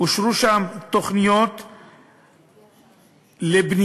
אושרו שם תוכניות לבנייה,